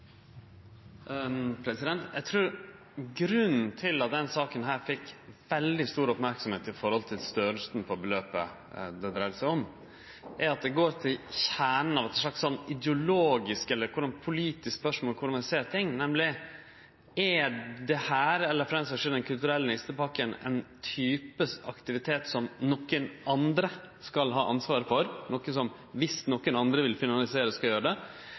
Eg trur grunnen til at denne saka har fått veldig stor merksemd i forhold til kor stort beløp det dreier seg om, er at ho går til kjernen av eit slags ideologisk eller politisk spørsmål om korleis ein ser på ting, nemleg: Er dette – eller for den saka si skuld, Den kulturelle nistepakka – ein type aktivitet som nokon andre skal ha ansvaret for – viss nokon andre vil finansiere det, skal dei gjere det